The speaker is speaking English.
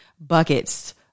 buckets